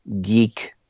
geek